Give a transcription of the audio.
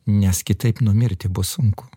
nes kitaip numirti bus sunku